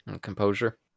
Composure